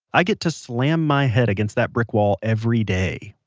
i get to slam my head against that brick wall every day.